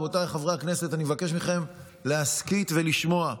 רבותיי חברי הכנסת, אני מבקש מכם להסכית ולשמוע.